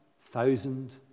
thousand